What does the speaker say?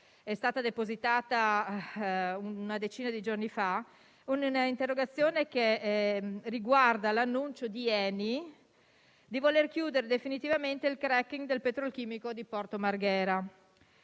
è stata depositata una decina di giorni fa, riguardante l'annuncio di ENI di voler chiudere definitivamente il *cracking* del petrolchimico di Porto Marghera.